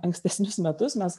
ankstesnius metus mes